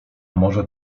może